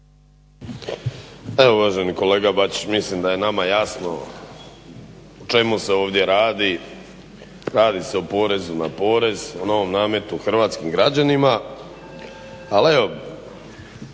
Evo uvaženi kolega Bačić mislim da je nama jasno o čemu se ovdje radi. Radi se o porezu na porez, o novom nametu hrvatskim građanima.